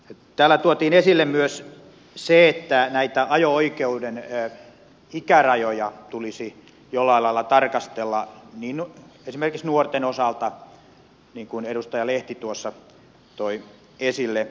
täällä tuotiin esille myös se että näitä ajo oikeuden ikärajoja tulisi jollain lailla tarkastella esimerkiksi nuorten osalta niin kuin edustaja lehti tuossa toi esille